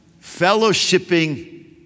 fellowshipping